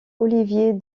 olivier